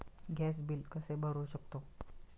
Gas bill कसे भरू शकतो?